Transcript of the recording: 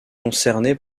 concerné